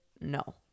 no